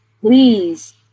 please